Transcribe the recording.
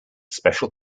special